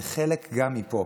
זה חלק גם מפה,